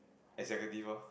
executive lor